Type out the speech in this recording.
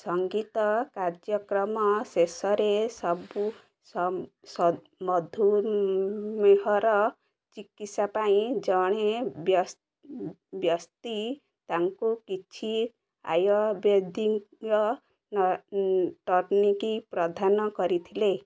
ସଙ୍ଗୀତ କାର୍ଯ୍ୟକ୍ରମ ଶେଷରେ ମଧୁମେହର ଚିକିତ୍ସା ପାଇଁ ଜଣେ ବ୍ୟକ୍ତି ତାଙ୍କୁ କିଛି ଆୟୁର୍ବେଦୀୟ ଟନିକ୍ ପ୍ରଦାନ କରିଥିଲେ